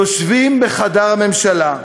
יושבים בחדר הממשלה,